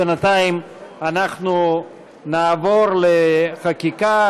בינתיים נעבור לחקיקה.